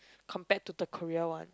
compared to the Korea one